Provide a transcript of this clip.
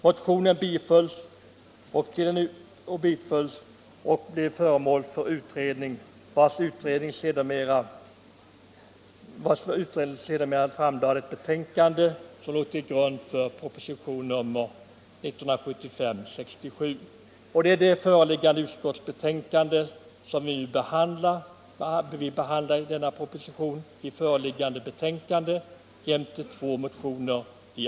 Motionen bifölls, och det tillsattes en utredning som sedermera framlade ett betänkande som låg till grund för propositionen 1975:67. Föreliggande utskottsbetänkande behandlar nämnda proposition jämte två motioner.